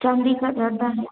चांदी का ज़्यादा है